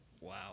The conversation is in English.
Wow